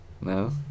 No